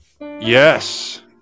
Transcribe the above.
Yes